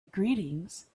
greetings